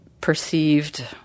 perceived